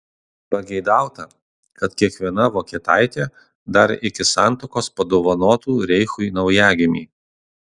pageidauta kad kiekviena vokietaitė dar iki santuokos padovanotų reichui naujagimį